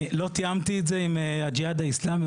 אני לא תיאמתי את זה עם הג'יהאד האסלאמי